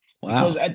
Wow